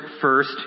first